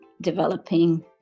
developing